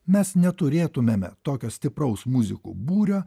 mes neturėtumėme tokio stipraus muzikų būrio